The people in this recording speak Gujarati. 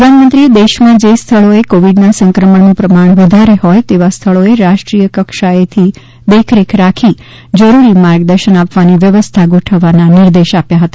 પ્રધાનમંત્રીએ દેશમાં જે સ્થળોએ કોવિડના સંક્રમણનું પ્રમાણ વધારે હોય તેવા સ્થળોએ રાષ્ટ્રીય કક્ષાએથી દેખરેખ રાખી જરૂરી માર્ગદર્શન આપવાની વ્યવસ્થા ગોઠવવાના નિર્દેશ આપ્યા હતા